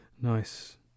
Nice